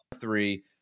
three